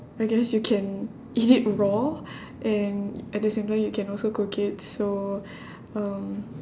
I guess you can eat it raw and at the same time you can also cook it so um